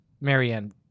Marianne